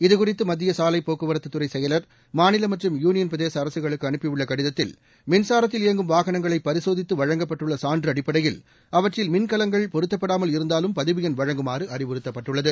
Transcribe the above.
இதுகுறித்து மத்திய சாலை போக்குவரத்துத் துறை செயலர் மாநில மற்றும் யூனியள் பிரதேச அரசுகளுக்கு அனுப்பியுள்ள கடிதத்தில் மின்சாரத்தில் இயங்கும் வாகனங்களை பரிசோதித்து வழங்கப்பட்டுள்ள சான்று அடிப்படையில் அவற்றில் மின்கலங்கள் பொருத்தப்படாமல் இருந்தாலும் பதிவு எண் வழங்குமாறு அறிவுறுத்தப்பட்டுள்ளது